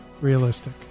realistic